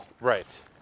Right